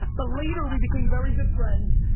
but later we became very good friends,